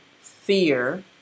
fear